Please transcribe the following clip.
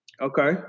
okay